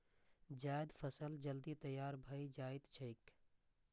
जायद फसल जल्दी तैयार भए जाएत छैक